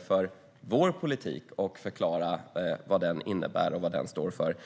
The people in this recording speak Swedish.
för vår politik och förklarar vad den innebär och står för.